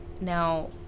now